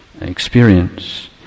experience